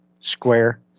Square